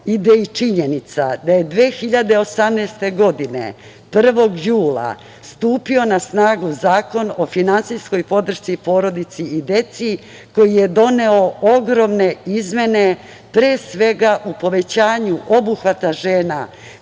ide i činjenica da je 2018. godine 1. jula stupio na snagu Zakon o finansijskoj podršci porodici i deci koji je doneo ogromne izmene pre svega u povećanju obuhvata žena